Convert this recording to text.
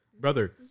Brother